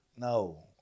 No